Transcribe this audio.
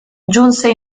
giunse